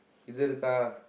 இது இருக்கா:ithu irukkaa